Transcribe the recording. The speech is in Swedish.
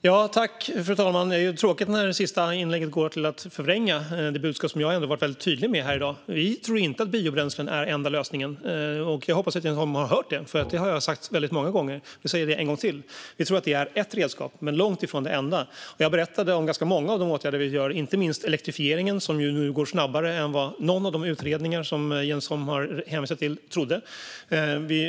Fru talman! Det är tråkigt när sista inlägget går till att förvränga det budskap som jag har varit väldigt tydlig med här i dag. Vi tror inte att biobränslen är enda lösningen. Jag hoppas att Jens Holm har hört det, för det har jag sagt väldigt många gånger. Jag säger det en gång till. Vi tror att det är ett redskap men långt ifrån det enda. Jag berättade om ganska många av de åtgärder vi gör, inte minst elektrifieringen, som nu går snabbare än vad någon av de utredningar som Jens Holm har hänvisat till trodde.